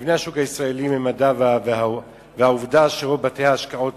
מבנה השוק הישראלי וממדיו והעובדה שרוב בתי-ההשקעות